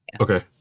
okay